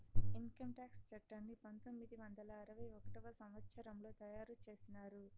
income tax చట్టాన్ని పంతొమ్మిది వందల అరవై ఒకటవ సంవచ్చరంలో తయారు చేసినారు